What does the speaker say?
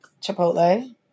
Chipotle